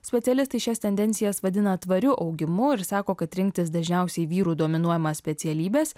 specialistai šias tendencijas vadina tvariu augimu ir sako kad rinktis dažniausiai vyrų dominuojamas specialybes